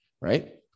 right